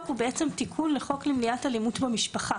תיקון לחוק למניעת אלימות במשפחה.